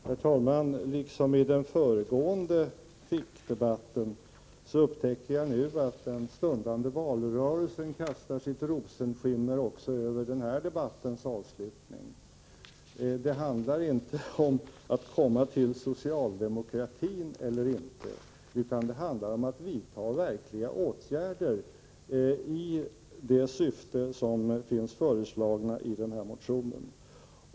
Herr talman! Liksom i den föregående fickdebatten upptäcker jag nu att den stundande valrörelsen kastar sitt rosenskimmer också över denna debatts avslutning. Det handlar emellertid inte om att komma till socialdemokratin eller ej, utan det handlar om att vidta verkliga åtgärder i det syfte som finns angivet i denna motion.